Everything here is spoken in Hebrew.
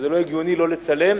שלא הגיוני לא לצלם,